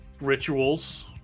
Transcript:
rituals